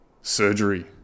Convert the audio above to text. surgery